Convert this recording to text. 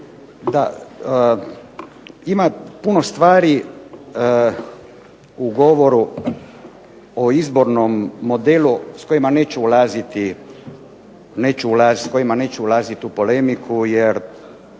Da, ima puno stvari u govoru o izbornom modelu s kojima neću ulaziti, s kojima neću